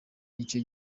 icyo